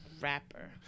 rapper